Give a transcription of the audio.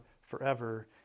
forever